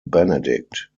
benedict